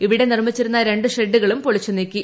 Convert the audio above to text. ഇവിടെ നിർമിച്ചിരുന്ന രണ്ട് ഷെഡുകളും പൊളിച്ചുനീക്കി